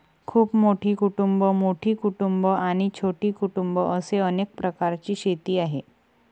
खूप मोठी कुटुंबं, मोठी कुटुंबं आणि छोटी कुटुंबं असे अनेक प्रकारची शेती आहे